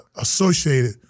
associated